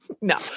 no